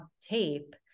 tape